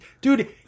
Dude